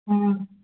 ହଁ